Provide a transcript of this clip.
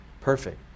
Perfect